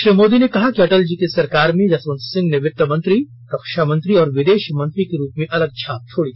श्री मोदी ने कहा कि अटल जी की सरकार में जसवंत सिंह ने वित्त मंत्री रक्षामंत्री और विदेशमंत्री के रूप में अलग छाप छोडी